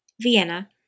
Vienna